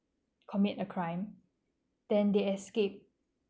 commit a crime then they escape